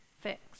fix